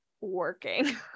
working